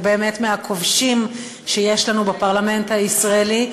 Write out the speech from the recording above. הוא באמת מהכובשים שיש לנו בפרלמנט הישראלי,